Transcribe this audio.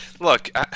Look